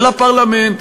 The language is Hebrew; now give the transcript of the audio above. של הפרלמנט,